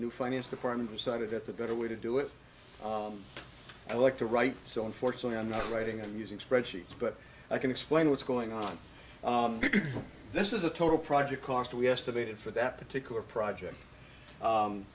new finance department decided at the better way to do it i like to write so unfortunately i'm not writing and using spreadsheets but i can explain what's going on this is a total project cost we estimated for that particular project